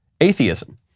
atheism